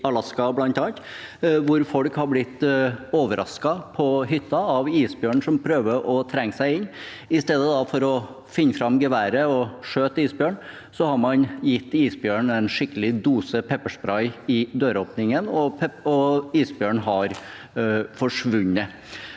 i Alaska, hvor folk har blitt overrasket på hytta av isbjørn som prøver å trenge seg inn. I stedet for å finne fram geværet og skyte isbjørnen, har man gitt isbjørnen en skikkelig dose pepperspray i døråpningen, og isbjørnen har forsvunnet.